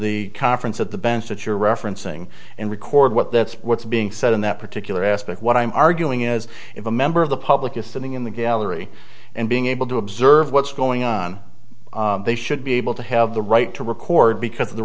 the conference at the bench that you're referencing and record what that's what's being said in that particular aspect what i'm arguing is if a member of the public is sitting in the gallery and being able to observe what's going on they should be able to have the right to record because of the